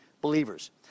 believers